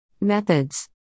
Methods